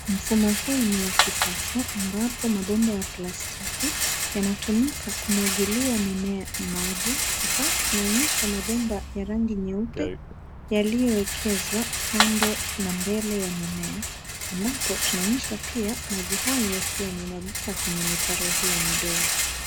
Mfumo huu ni wa kisasa, ambapo mabomba ya plastiki yanatumika kumwagilia mimea maji. Hapa tumeonyeshwa mabomba ya rangi nyeupe yaliyowekezwa kando na mbele ya mimea ambapo tunaonyeshwa pia maji hayo yakiwa yamemwagika kwenye mitaro hiyo midogo.